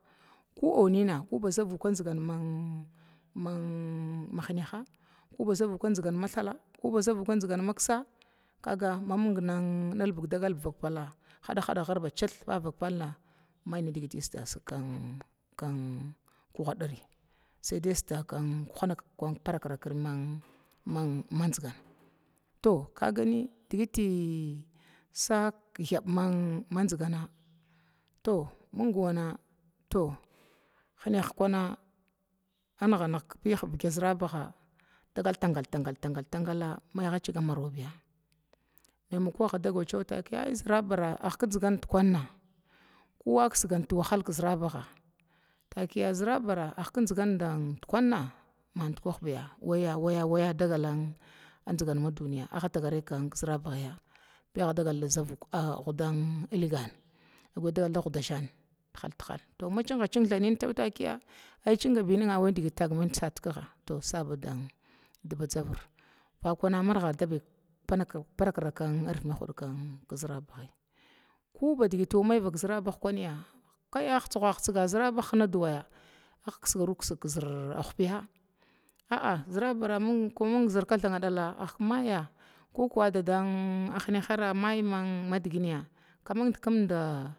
Ko aunina maggana ba zavuka manh mahniha kuziga zavuka ma thala ku maksa hada nada ghir ba vaktala cith mihna sida siggi gadir kun parak rakirman gana to madzaganin digitin to ming kwana dagal tangal tangala hgaaiga marobiya addo takiya zərabara agh kinziga dikwena kuwakusga waha zəraba takiya zərabara agh kigzigamda dukana waya waya waya dagal zigan ma duniya agh dagave zərabahya, tavuk aghn guda vukana aguda kuga aghuda ilga agha dagal da vuda ilgan gudashan tihal bhal ma cinga cig thanin jakiya cinbinina waya diki tag mina tikiga to saba badzava vakuna marga dabi parakka ərvid mahud ki zərni kuba digit wa may vak zərabag kunya zərabag hinga diwaya a khigzigaru khiziga bi ahpiya zərabara ko min zər kathanga dala ko kuma daada hinahara may madginya kamun kamunda.